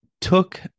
took